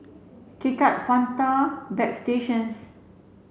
K Cut Fanta Bagstationz